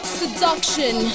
seduction